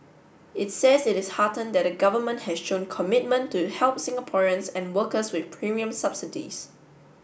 it says it is heartened that the government has shown commitment to help Singaporeans and workers with premium subsidies